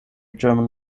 german